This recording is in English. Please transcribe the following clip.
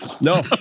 No